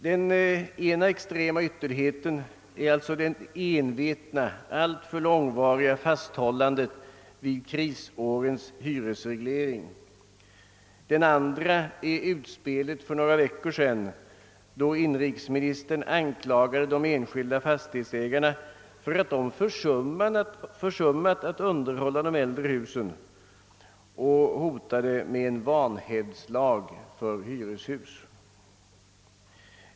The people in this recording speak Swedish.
Den ena extrema ytterligheten är alltså det envetna och alltför långvariga fasthållandet av krisårens hyresreglering och den andra utspelet för några veckor sedan då inrikesministern anklagade de enskilda fastighetsägarna för att ha försummat underhålla de äldre husen och hotade med en vanhävdslag för hyreshus.